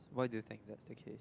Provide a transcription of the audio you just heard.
why do you think that's the case